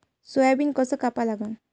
Soybean कस कापा लागन?